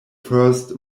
first